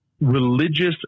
religious